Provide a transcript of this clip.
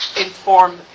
inform